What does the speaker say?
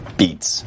beats